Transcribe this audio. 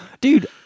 Dude